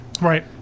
Right